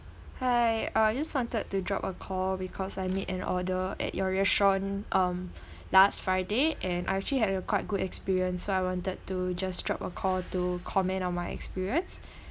hi I just wanted to drop a call because I made an order at your restaurant um last friday and I actually had a quite good experience so I wanted to just dropped a call to comment on my experience